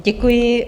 Děkuji.